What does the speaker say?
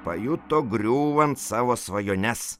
pajuto griūvant savo svajones